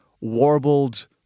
warbled